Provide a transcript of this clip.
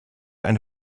eine